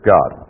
God